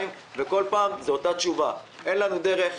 ובכל פעם שומעים אותה תשובה: אין לנו דרך.